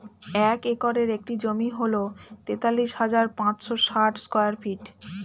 এক একরের একটি জমি হল তেতাল্লিশ হাজার পাঁচশ ষাট স্কয়ার ফিট